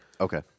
Okay